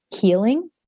healing